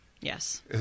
Yes